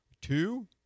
Two